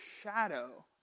shadow